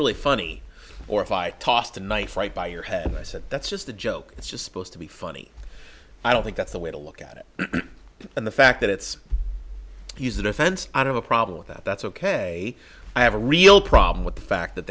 really funny or if i tossed a knife right by your head and i said that's just a joke it's just supposed to be funny i don't think that's the way to look at it and the fact that it's use the defense out of a problem with that that's ok i have a real problem with the fact that